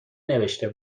نوشته